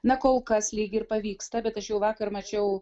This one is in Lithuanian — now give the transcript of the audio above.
na kol kas lyg ir pavyksta bet aš jau vakar mačiau